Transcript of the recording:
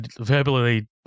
verbally